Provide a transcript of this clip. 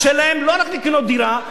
שאין להם לא רק לקנות דירה,